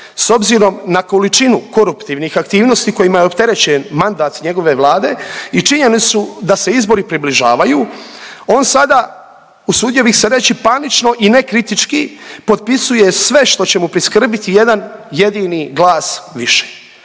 s obzirom na količinu koruptivnih aktivnosti kojima je opterećen mandat njegove Vlade i činjenicu da se izbori približavaju on sada usudio bih se reći panično i nekritički potpisuje sve što će mu priskrbiti jedan jedini glas više,